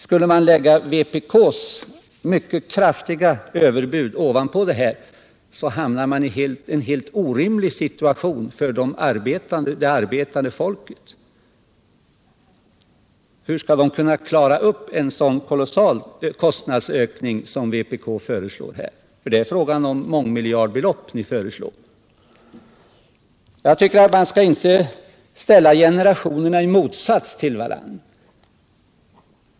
Skulle man lägga vpk:s mycket kraftiga överbud ovanpå, hamnar man i en helt orimlig situation för det arbetande folket. Hur skall de aktiva kunna klara den kolossala kostnadsökning som vpk föreslår, för det är ju miljardbelopp som det rör sig om? Jag tycker inte att man skall placera generationerna i en motsatsställning till varandra.